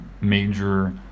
major